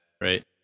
Right